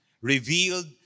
revealed